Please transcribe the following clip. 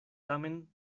tamen